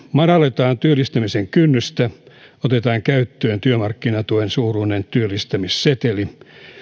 madalletaan työllistämisen kynnystä otetaan käyttöön työmarkkinatuen suuruinen työllistämisseteli